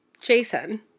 Jason